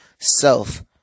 self